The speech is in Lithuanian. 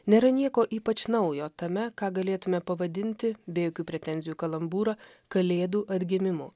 nėra nieko ypač naujo tame ką galėtume pavadinti be jokių pretenzijų kalambūrą kalėdų atgimimu